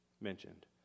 mentioned